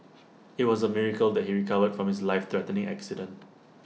IT was A miracle that he recovered from his lifethreatening accident